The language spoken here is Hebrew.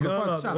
בגלל ההצמדה.